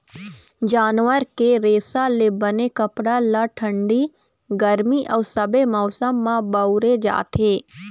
जानवर के रेसा ले बने कपड़ा ल ठंडी, गरमी अउ सबे मउसम म बउरे जाथे